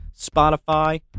Spotify